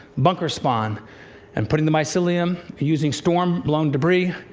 bunker spawn and putting the mycelium using storm blown debris,